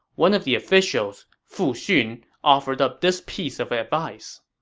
one of the officials, fu xun, offered up this piece of advice